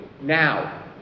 Now